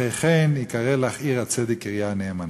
אחרי כן יקרא לך עיר הצדק קריה נאמנה".